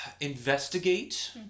Investigate